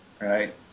right